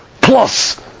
plus